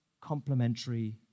complementary